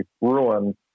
ruined